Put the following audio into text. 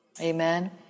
Amen